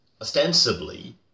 ostensibly